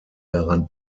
daran